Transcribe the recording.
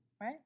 right